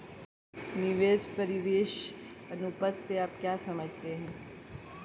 निवेश परिव्यास अनुपात से आप क्या समझते हैं?